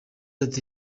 ati